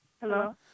Hello